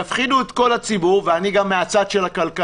יפחידו את כל הציבור אני בא גם מהצד של הכלכלה